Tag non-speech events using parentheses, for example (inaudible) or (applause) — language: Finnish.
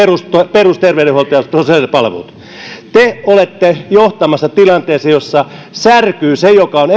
perusterveydenhuolto ja sosiaalipalvelut te olette johtamassa tilanteessa jossa särkyy se mikä on (unintelligible)